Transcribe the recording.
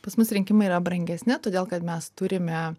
pas mus rinkimai yra brangesni todėl kad mes turime